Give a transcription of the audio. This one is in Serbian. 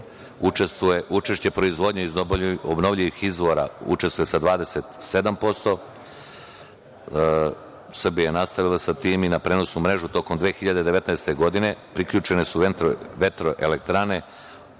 učešće proizvodnje iz obnovljivih izvora učestvuje sa 27%, Srbija je nastavila sa tim. Na prenosu mreže tokom 2019. godine, priključene su vetroelektrane